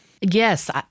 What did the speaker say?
Yes